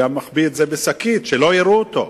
הוא היה מחביא אותו בשקית כדי שלא יראו אותו.